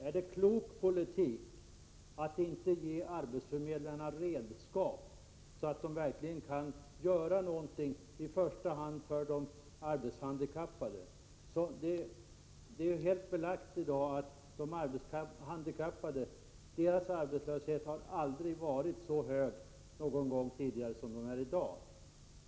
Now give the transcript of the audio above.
Är det klok politik att inte ge arbetsförmedlarna redskap så att de verkligen kan göra någonting för i första hand de arbetshandikappade? Det är helt belagt att de arbetshandikappades arbetslöshet aldrig har varit så hög någon gång tidigare som i dag.